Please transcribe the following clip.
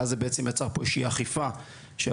ואז זה בעצם יצר פה איזושהי אכיפה שהגופים